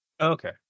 okay